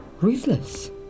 Ruthless